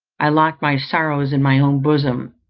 i locked my sorrows in my own bosom,